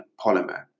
polymer